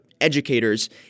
educators